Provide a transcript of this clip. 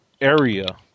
area